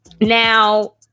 Now